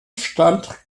stand